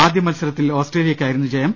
ആദ്യ മത്സരത്തിൽ ഓസ്ട്രേലിയക്കായിരുന്നു ജയം